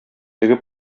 теге